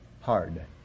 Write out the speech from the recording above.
hard